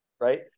right